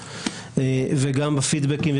בפידבקים,